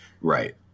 right